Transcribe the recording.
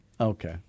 okay